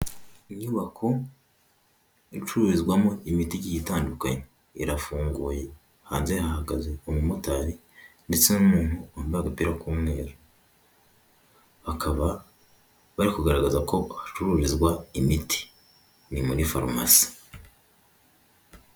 Inyubako icururizwamo imiti igiye itandukanye, irafunguye hanze hahagaze umumotari ndetse n'umuntu wambaye agapira k'umweru bakaba bari kugaragaza ko hacururizwa imiti ni muri farumasi.